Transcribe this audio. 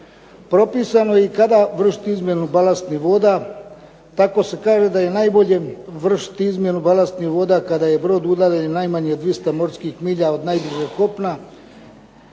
Propisano je i kada izvršiti izmjenu balastnih voda. Tako se kaže da je najbolje vršiti izmjenu balastnih voda kada je brod udaljen 200 morskih milja od najbližeg kopna.